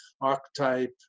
archetype